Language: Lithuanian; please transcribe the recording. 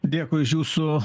dėkui už jūsų